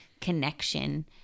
connection